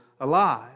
alive